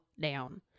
down